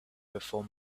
before